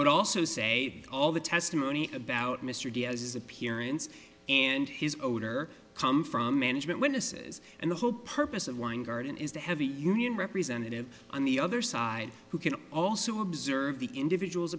would also say all the testimony about mr diaz his appearance and his odor come from management witnesses and the whole purpose of weingarten is the heavy union representative on the other side who can also observe the individual's